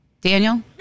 Daniel